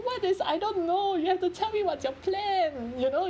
what is I don't know you have to tell me what's your plan you know